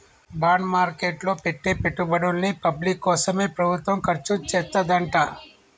bond market లో పెట్టే పెట్టుబడుల్ని పబ్లిక్ కోసమే ప్రభుత్వం ఖర్చుచేత్తదంట